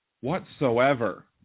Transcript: whatsoever